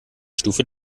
stufe